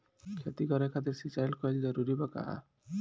खेती करे खातिर सिंचाई कइल जरूरी बा का?